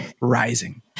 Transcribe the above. rising